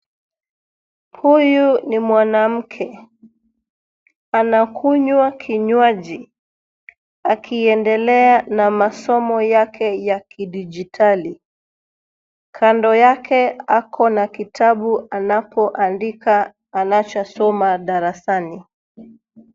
Huyu ni mwanamke. Anakunywa kinywaji akiendelea na masomo yake ya kidijitali, kando yake ako na kitabu anapoandika panachosoma darasani.